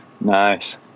nice